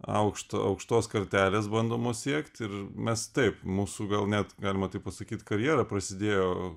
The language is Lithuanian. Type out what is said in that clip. aukšto aukštos kartelės bandomos siekt ir mes taip mūsų gal net galima taip pasakyt karjera prasidėjo